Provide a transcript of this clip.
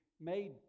made